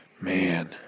Man